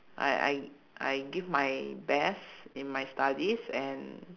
I I I give my best in my studies and